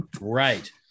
Right